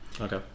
Okay